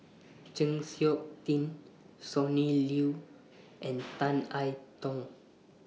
Chng Seok Tin Sonny Liew and Tan I Tong